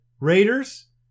Raiders